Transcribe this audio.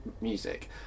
music